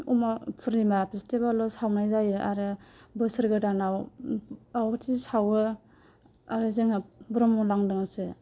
मा पुर्निमा बिस्टिबारल' सावनाय जायो आरो बोसोर गोदानाव आवाथि सावो आरो जोंहा ब्रह्म लांदांसो